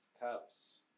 cups